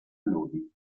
lodi